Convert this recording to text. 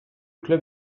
club